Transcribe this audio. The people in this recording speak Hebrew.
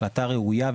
החלטה ראויה,